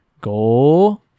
go